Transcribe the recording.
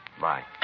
Bye